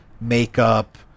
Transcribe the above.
makeup